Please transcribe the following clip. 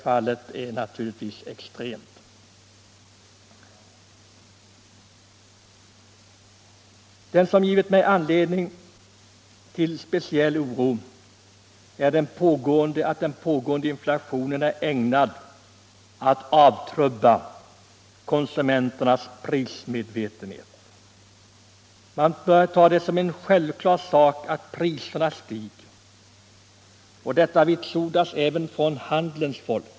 Det som givit mig anledning till speciell oro är att den pågående inflationen är ägnad att avtrubba konsumenternas prismedvetenhet. Man börjar ta det som en självklar sak att priserna stiger. Detta vitsordas även från handelns folk.